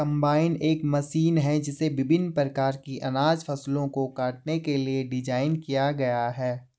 combine एक machine है जिसे विभिन्न प्रकार की अनाज फसलों को काटने के लिए डिज़ाइन किया गया है